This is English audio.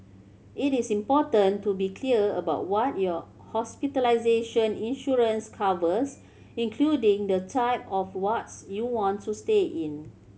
it is important to be clear about what your hospitalization insurance covers including the type of wards you want to stay in